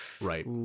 right